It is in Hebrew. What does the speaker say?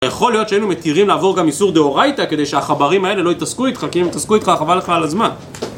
יכול להיות שהיינו מתירים לעבור גם איסור דאורייתא כדי שהחברים האלה לא יתעסקו איתך, כי אם יתעסקו איתך, חבל לך על הזמן.